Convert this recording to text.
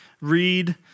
read